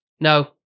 No